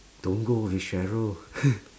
don't go with Sheryl